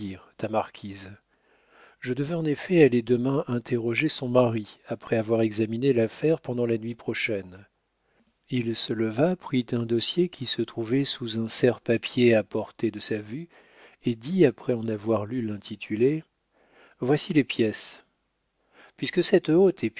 ta marquise je devais en effet aller demain interroger son mari après avoir examiné l'affaire pendant la nuit prochaine il se leva prit un dossier qui se trouvait sous un serre papier à portée de sa vue et dit après avoir lu l'intitulé voici les pièces puisque cette